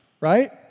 right